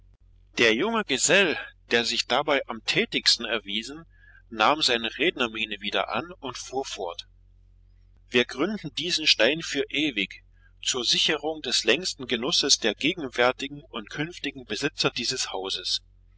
der junge gesell der sich dabei am tätigsten erwiesen nahm seine rednermiene wieder an und fuhr fort wir gründen diesen stein für ewig zur sicherung des längsten genusses der gegenwärtigen und künftigen besitzer dieses hauses